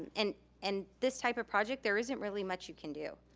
and and this type of project, there isn't really much you can do.